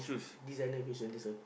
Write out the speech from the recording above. designer fashion this one